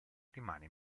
rimane